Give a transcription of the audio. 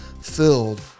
filled